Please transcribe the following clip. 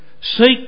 Seek